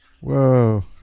Whoa